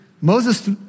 Moses